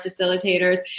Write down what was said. facilitators